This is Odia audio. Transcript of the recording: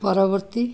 ପରବର୍ତ୍ତୀ